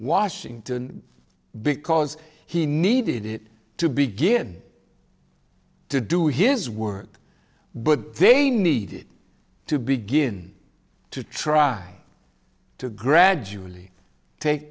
washington because he needed it to begin to do his work but they needed to begin to try to gradually take